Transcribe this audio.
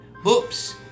Oops